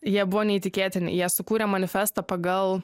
jie buvo neįtikėtini jie sukūrė manifestą pagal